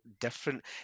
different